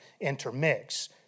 intermix